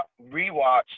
rewatch